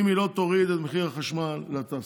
אם היא לא תוריד את מחיר החשמל לתעשייה,